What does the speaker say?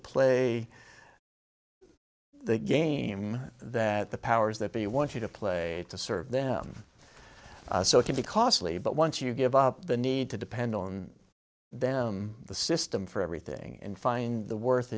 play the game that the powers that be want you to play to serve them so it can be costly but once you give up the need to depend on them the system for everything and find